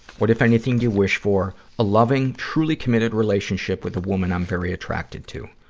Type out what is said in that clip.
what, if anything, do you wish for? a loving, truly committed relationship with a woman i'm very attracted to.